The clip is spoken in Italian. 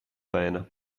pena